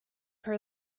her